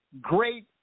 great